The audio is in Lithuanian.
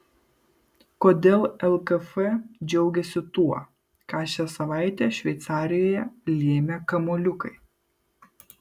kodėl lkf džiaugiasi tuo ką šią savaitę šveicarijoje lėmė kamuoliukai